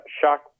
shock